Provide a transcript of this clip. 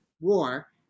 war